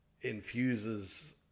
infuses